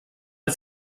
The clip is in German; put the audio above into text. ist